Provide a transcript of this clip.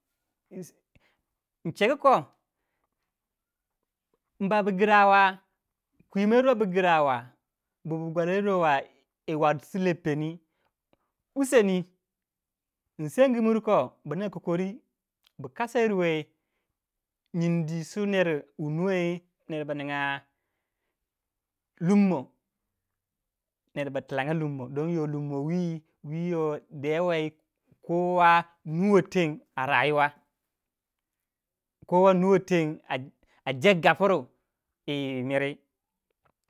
In chegu kor imba bu gra wa kwimoyrura bu gra wa yi wor su leppendi in sengu mriu ko bu ninga useni bu kasayirwe wey nyindi su ner wuru wei ner ba ninga lummo per ba tilanga lummo don yo lummo wiyo dewei kowa nuwei teng a rayuwa kana weh nuwei ten a jeg gapriu.